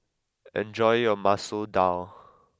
enjoy your Masoor Dal